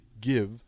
give